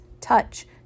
touch